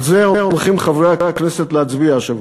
על זה הולכים חברי הכנסת להצביע השבוע.